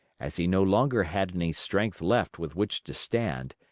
as he no longer had any strength left with which to stand,